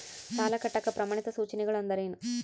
ಸಾಲ ಕಟ್ಟಾಕ ಪ್ರಮಾಣಿತ ಸೂಚನೆಗಳು ಅಂದರೇನು?